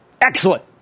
Excellent